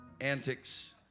antics